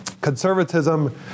conservatism